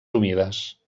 humides